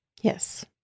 Yes